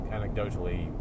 anecdotally